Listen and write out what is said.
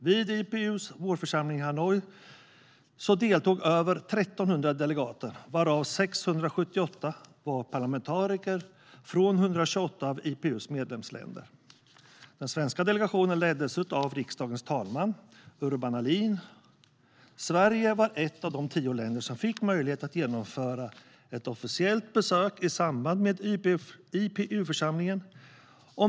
Vid IPU:s vårförsamling i Hanoi deltog över 1 300 delegater, varav 678 var parlamentariker från 128 av IPU:s medlemsländer. Den svenska delegationen leddes av riksdagens talman, Urban Ahlin. Sverige var ett av tio länder som fick möjlighet att genomföra ett officiellt besök i samband med IPU-församlingen.